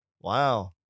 Wow